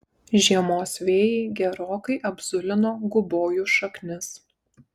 žiemos vėjai gerokai apzulino gubojų šaknis